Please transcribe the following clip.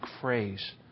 phrase